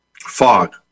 Fog